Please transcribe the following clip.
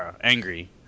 angry